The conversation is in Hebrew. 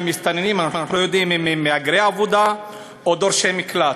מסתננים הם מהגרי עבודה או דורשי מקלט,